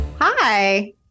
Hi